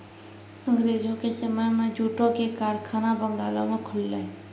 अंगरेजो के समय मे जूटो के कारखाना बंगालो मे खुललै